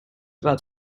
about